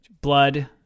Blood